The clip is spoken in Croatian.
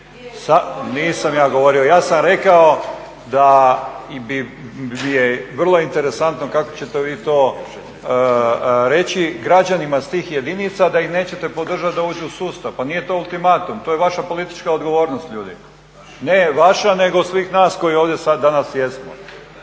Nisam ja govorio. Ja sam rekao da je vrlo interesantno kako ćete vi to reći građanima s tih jedinica da ih nećete podržati da uđu u sustav. Pa nije to ultimatum, to je vaša politička odgovornost ljudi. Ne vaša, nego svih nas koji danas ovdje jesmo.